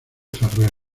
ferrer